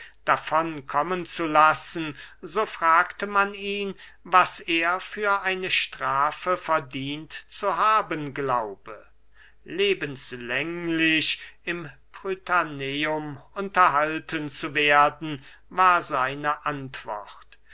davon kommen zu lassen so fragte man ihn was er für eine strafe verdient zu haben glaube lebenslänglich im prytaneum unterhalten zu werden war seine antwort